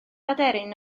aderyn